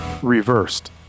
Reversed